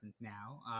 now